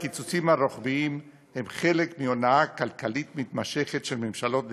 הקיצוצים הרוחביים הם חלק מהונאה כלכלית מתמשכת של ממשלות נתניהו,